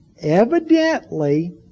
Evidently